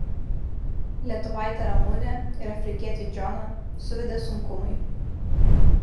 lietuvaitę ramunę ir afrikietį džoną suvedė sunkumai